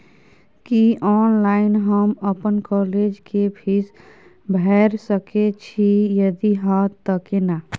की online हम अपन college के फीस भैर सके छि यदि हाँ त केना?